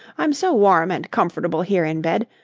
i'm so warm and comfortable here in bed.